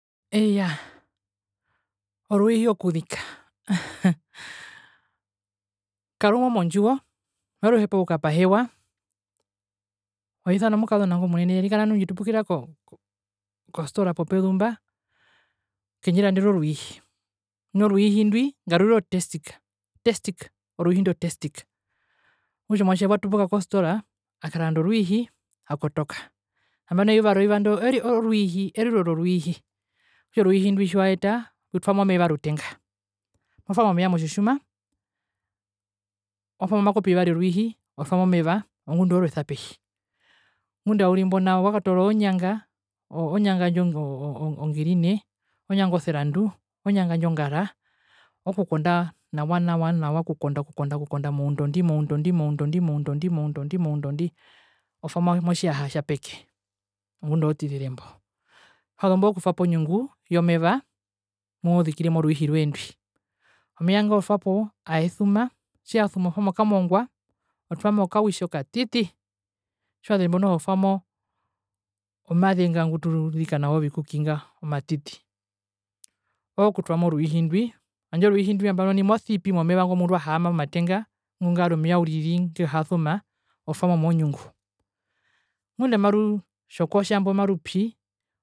Iyaah, oruihi okuzika. Mhaaha, karumo mondjuwo, maruhepa okukapahewa, oisana omukazona ingo munene, arikana nu ndjitupukira kostora popezu mba, kendjirandere oruihi, nu oruihi ndwi ngarurire o tastic, tastic, oruihi ndwi o tastic. Okutja omuatje ngwi wa tupuka kostora akaranda oruihi akotoka. nambano eyuve reyuva ndo oruihi eriro roruihi okutja oruihi ndo tjiwaeta motwamo omeva motjitjuma otwamo omakopi yevari yoruihi otwamo oruihi otwamo omeva ongunda amorwesa pehi. Ngunda auri mbo nao wakatoora ozonjanga, wakatoora onjanga indjo ongirine, onjanga oserandu, onjanga ongara ookukonda nawa, nawa, nawa okukonda, okukonda, okukonda, okukonda moundondi, moundondi, moundondi moundondi, moundondi, moundondi, moundondi. Otwamo motjiyaha tjapeke, ongunda amotizire mbo. tjazumbo ookutwapo onjungu yomeva mumozikire mo oruihi rwoye ndwi. Omeva ngo otwapo ayesuma tjiyasuma otwamo okamongwa otwamo okautji okatiti tjazumba noho otwamo omaze nga ngutuzika nawo nawo ovikuki nga omatiti ookutwamo oruihi ndwi, tjandje oruihi ndwi nambano nai mosipi momeva nga murwahaama ingomatenga, ngari omeva uriri ngehasuma otwamo monjungu. Ngunda amarutjokotja mbo marupyi